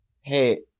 Hey